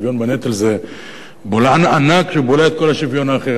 שוויון בנטל זה בולען ענק שבולע את כל השוויון האחר.